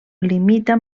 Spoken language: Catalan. limita